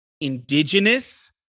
indigenous